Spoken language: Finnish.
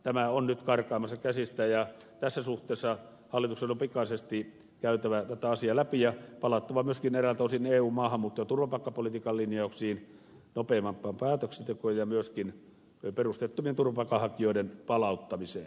tämä on nyt karkaamassa käsistä ja tässä suhteessa hallituksen on pikaisesti käytävä tätä asiaa läpi ja palattava myöskin eräiltä osin eun maahanmuutto ja turvapaikkapolitiikan linjauksiin nopeampaan päätöksentekoon ja myöskin perusteettomien turvapaikanhakijoiden palauttamiseen